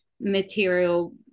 material